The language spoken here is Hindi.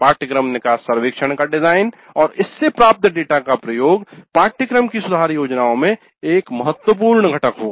पाठ्यक्रम निकास सर्वेक्षण का डिजाइन और इससे प्राप्त डेटा का प्रयोग पाठ्यक्रम की सुधार योजनाओं में एक महत्वपूर्ण घटक होगा